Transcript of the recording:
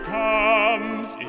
comes